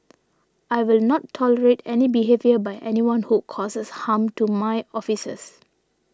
I will not tolerate any behaviour by anyone who causes harm to my officers